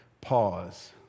Pause